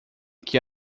que